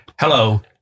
Hello